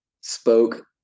spoke